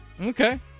Okay